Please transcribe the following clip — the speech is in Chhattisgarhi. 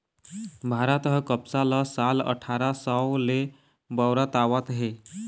भारत ह कपसा ल साल अठारा सव ले बउरत आवत हे